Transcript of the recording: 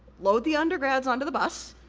load the undergrads onto the bus,